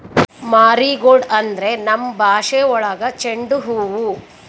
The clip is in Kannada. ಮಾರಿಗೋಲ್ಡ್ ಅಂದ್ರೆ ನಮ್ ಭಾಷೆ ಒಳಗ ಚೆಂಡು ಹೂವು